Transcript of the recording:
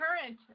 current